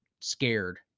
scared